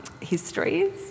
histories